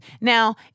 Now